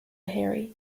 harry